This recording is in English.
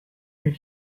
and